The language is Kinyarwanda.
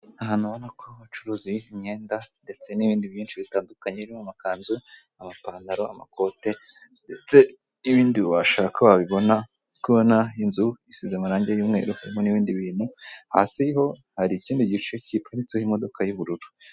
Aha hantu urabona ko bacuruza imyenda ndetse n'ibindi byinshi bitandukanye birimo amakanzu, amapantaro, amakote ndetse n'ibindi washaka wabibona, uri kubona inzu isize amarange y'umweru irimo n'ibindi bintu, hasi ho hari ikindi gice giparitsemo imodoka y'ubururu.